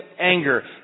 anger